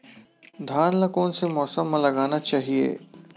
धान ल कोन से मौसम म लगाना चहिए?